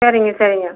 சரிங்க சரிங்க